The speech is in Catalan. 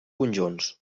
conjunts